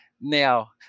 Now